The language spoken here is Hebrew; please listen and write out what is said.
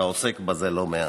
אתה עוסק בזה לא מעט,